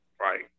right